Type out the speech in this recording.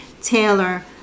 Taylor